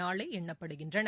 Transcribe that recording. நாளை எண்ணப்படுகின்றன